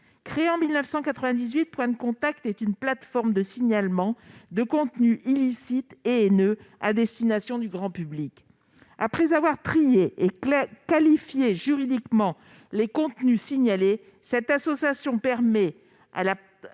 Créée en 1998, Point de contact est une plateforme de signalement de contenus illicites et haineux à destination du grand public. Après avoir trié et qualifié juridiquement les contenus signalés, cette association permet de